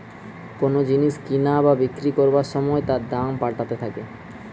কোন জিনিস কিনা বা বিক্রি করবার সময় তার দাম পাল্টাতে থাকে